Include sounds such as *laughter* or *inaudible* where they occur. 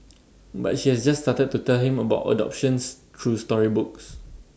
*noise* but she has just started to tell him about adoptions through storybooks